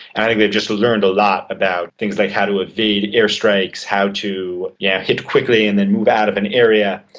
i think they've just learned a lot about things like how to evade air strikes, how to yeah hit quickly and then move out of an area.